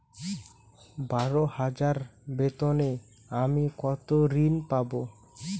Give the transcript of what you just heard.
বারো হাজার বেতনে আমি কত ঋন পাব?